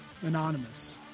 anonymous